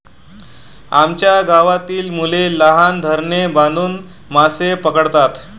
आमच्या गावातील मुले लहान धरणे बांधून मासे पकडतात